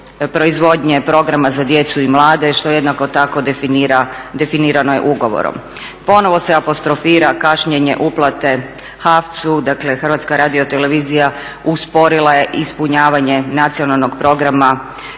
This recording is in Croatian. proizvodnje programa za djecu i mladež što jednako tako definirano je ugovorom. Ponovo se apostrofira kašnjenje uplate HAVC-u dakle Hrvatska radiotelevizija usporila je ispunjavanje nacionalnog programa